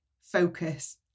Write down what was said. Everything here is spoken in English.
focus